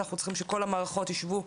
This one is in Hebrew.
אנחנו צריכים שכל המערכות ישבו,